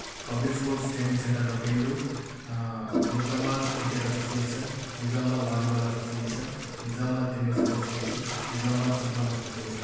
public sports training సెంటర్ల పేర్లు Nizamabad cricket association Nizamabad volleyball association Nizamabad tennis association Nizamabad football association